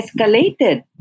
escalated